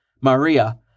Maria